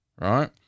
right